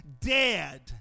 dead